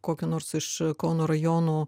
kokio nors iš kauno rajonų